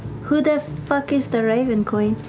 who the fuck is the raven queen?